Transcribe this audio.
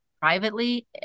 privately